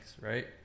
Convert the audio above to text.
right